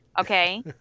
Okay